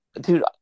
Dude